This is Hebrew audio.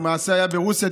המעשה היה ברוסיה,